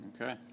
Okay